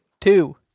Two